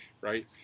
right